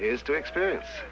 is to experience